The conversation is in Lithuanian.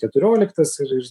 keturioliktas ir ir